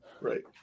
Right